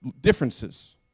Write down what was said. differences